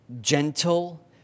gentle